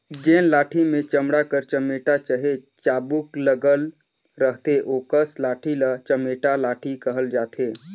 जेन लाठी मे चमड़ा कर चमेटा चहे चाबूक लगल रहथे ओकस लाठी ल चमेटा लाठी कहल जाथे